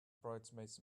bridesmaids